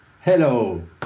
hello